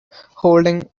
holding